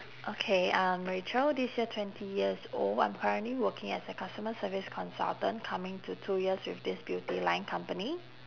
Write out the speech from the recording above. okay I'm rachel this year twenty years old I'm currently working as a customer service consultant coming to two years with this beauty line company